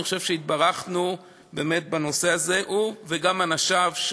אני חושב שהתברכנו באמת בנושא הזה, הוא וגם אנשיו.